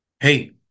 hey